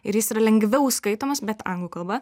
ir jis yra lengviau skaitomas bet anglų kalba